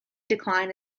decline